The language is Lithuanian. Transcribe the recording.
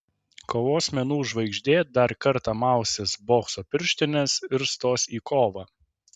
kovos menų žvaigždė dar kartą mausis bokso pirštines ir stos į kovą